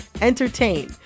entertain